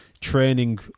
training